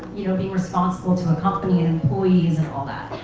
being responsible to a company and employees and all that?